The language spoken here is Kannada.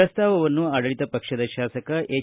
ಪ್ರಸ್ತಾವವನ್ನು ಆಡಳಿತ ಪಕ್ಷದ ಶಾಸಕ ಎಚ್